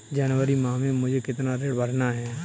जनवरी माह में मुझे कितना ऋण भरना है?